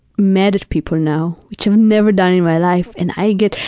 mad at people now, which i've never done in my life, and i get,